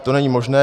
To není možné.